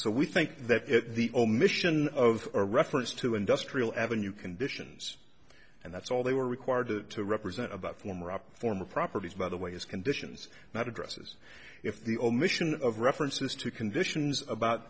so we think that the omission of a reference to industrial avenue conditions and that's all they were required to represent about former top former properties by the way as conditions not addresses if the omission of references to conditions about